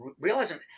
realizing